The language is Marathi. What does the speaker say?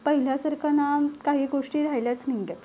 पहिल्यासारखं ना काही गोष्टी राहिल्याच नाही आहेत